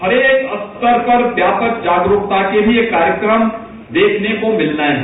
हर एक स्तर पर व्यापक जागरूकता के कार्यक्रम देखने को मिल रहे हैं